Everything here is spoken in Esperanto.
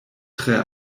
tre